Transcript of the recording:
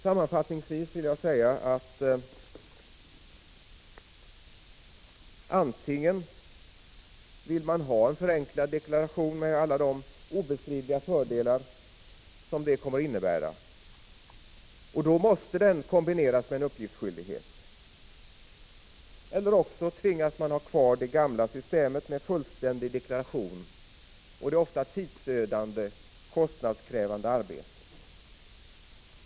Sammanfattningsvis vill jag säga att antingen vill man ha en förenklad deklaration med alla de obestridliga fördelar som det kommer att innebära — och då måste den kombineras med en uppgiftsskyldighet— eller också tvingas man ha kvar det gamla systemet med fullständig deklaration och ett ofta tidsödande och kostnadskrävande arbete.